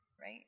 right